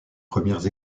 premières